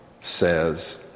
says